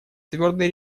твердой